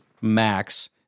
max